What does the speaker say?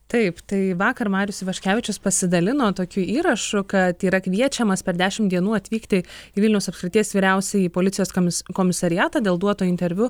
taip tai vakar marius ivaškevičius pasidalino tokiu įrašu kad yra kviečiamas per dešimt dienų atvykti į vilniaus apskrities vyriausiąjį policijos komis komisariatą dėl duoto interviu